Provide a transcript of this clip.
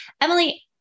Emily